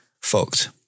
fucked